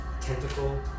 tentacle